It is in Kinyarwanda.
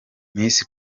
miss